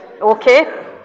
Okay